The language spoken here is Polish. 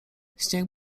śnieg